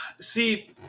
See